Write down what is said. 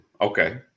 Okay